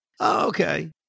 okay